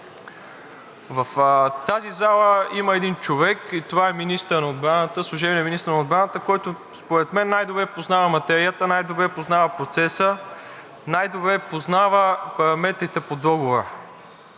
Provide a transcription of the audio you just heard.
В тази зала има един човек и това е служебният министър на отбраната, който според мен най-добре познава материята, най-добре познава процеса, най-добре познава параметрите по Договора.